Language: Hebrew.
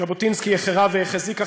וז'בוטינסקי החרה והחזיק אחריו,